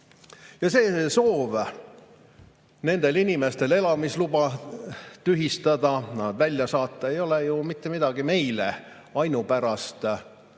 soov nendel inimestel elamisluba tühistada, nad välja saata ei ole ju mitte midagi meile ainupärast.